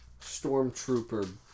Stormtrooper